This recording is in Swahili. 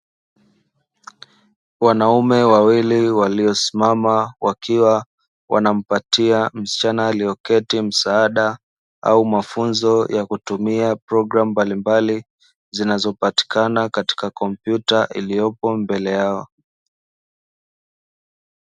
Wanaume wawili waliosimama wakiwa wanampatia msichana aliyeketi msaada au mafunzo ya kutumia programu mbalimbali zinazopatikana katika kompyuta iliyopo mbele yao.